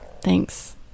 Thanks